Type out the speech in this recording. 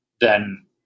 then-